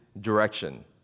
direction